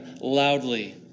loudly